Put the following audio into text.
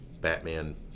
Batman